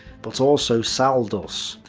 but also saldus.